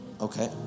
Okay